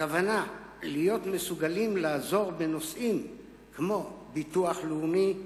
המטרה היא להיות מסוגלים לעזור בנושאים כמו ביטוח לאומי,